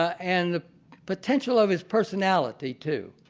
and the potential of his personality too.